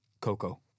Coco